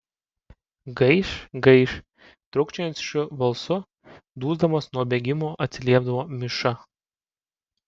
gaiš gaiš trūkčiojančiu balsu dusdamas nuo bėgimo atsiliepdavo miša